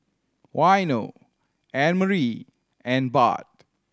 Waino Annemarie and Bart